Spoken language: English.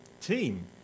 Team